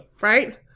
Right